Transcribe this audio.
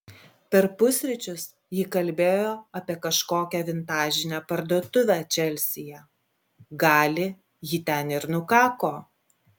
per pusryčius ji kalbėjo apie kažkokią vintažinę parduotuvę čelsyje gali ji ten ir nukako